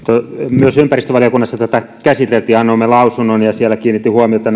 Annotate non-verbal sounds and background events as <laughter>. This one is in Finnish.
myös ympäristövaliokunnassa tätä käsiteltiin ja annoimme lausunnon siellä kiinnitettiin huomiota <unintelligible>